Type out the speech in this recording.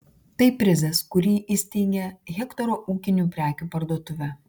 tai prizas kurį įsteigė hektoro ūkinių prekių parduotuvė